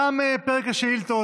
תם פרק השאילתות.